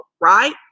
Right